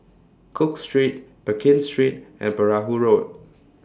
Cook Street Pekin Street and Perahu Road